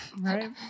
Right